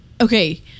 Okay